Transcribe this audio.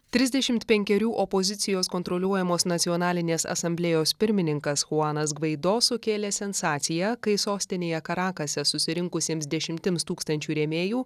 trisdešimt penkerių opozicijos kontroliuojamos nacionalinės asamblėjos pirmininkas chuanas gvaido sukėlė sensaciją kai sostinėje karakase susirinkusiems dešimtims tūkstančių rėmėjų